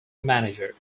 manager